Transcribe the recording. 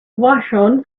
vashon